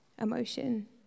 emotion